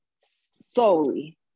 solely